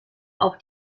auch